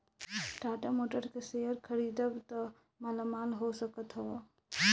Tata Motors के share खरीदबअ त मालामाल हो सकत हवअ